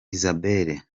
isabelle